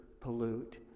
pollute